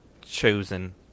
chosen